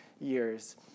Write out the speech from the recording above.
years